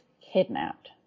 kidnapped